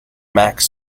max